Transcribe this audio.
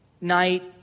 night